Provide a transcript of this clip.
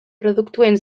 produktuen